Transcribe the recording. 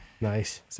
Nice